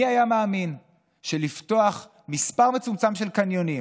מי היה מאמין שלפתוח מספר מצומצם של קניונים,